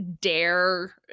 dare